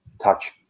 touch